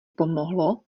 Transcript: pomohlo